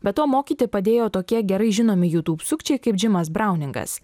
bet to mokyti padėjo tokie gerai žinomi youtube sukčiai kaip džimas brauningas